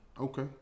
Okay